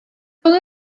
rhwng